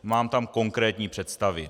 Mám tam konkrétní představy.